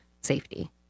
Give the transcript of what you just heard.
safety